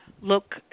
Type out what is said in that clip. look